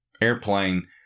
airplane